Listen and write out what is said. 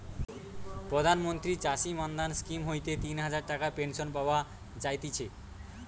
প্রধান মন্ত্রী চাষী মান্ধান স্কিম হইতে তিন হাজার টাকার পেনশন পাওয়া যায়তিছে